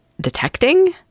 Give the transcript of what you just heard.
detecting